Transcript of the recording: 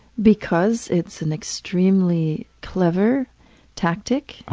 because it's an extremely clever tactic. oh,